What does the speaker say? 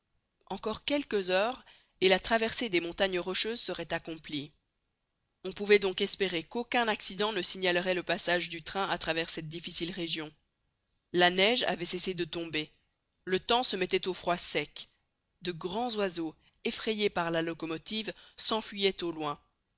encore quelques heures et la traversée des montagnes rocheuses serait accomplie on pouvait donc espérer qu'aucun accident ne signalerait le passage du train à travers cette difficile région la neige avait cessé de tomber le temps se mettait au froid sec de grands oiseaux effrayés par la locomotive s'enfuyaient au loin